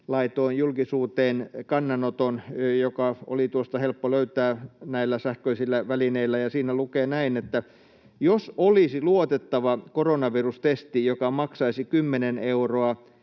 laitoin julkisuuteen kannanoton, joka oli tuosta helppo löytää näillä sähköisillä välineillä, ja siinä lukee näin, että jos olisi luotettava koronavirustesti, joka maksaisi 10 euroa